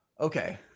Okay